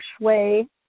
shui